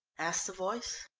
asked the voice.